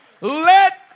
let